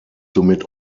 somit